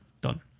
Done